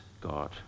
God